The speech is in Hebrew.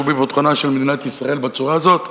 שהוא בביטחונה של מדינת ישראל בצורה הזאת,